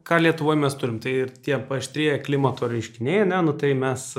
ką lietuvoj mes turim tai ir tie paaštrėję klimato reiškiniai ar ne nu tai mes